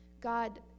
god